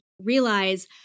realize